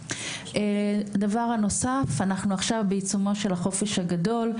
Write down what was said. דבר נוסף, אנחנו עכשיו בעיצומו של החופש הגדול.